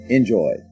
Enjoy